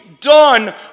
done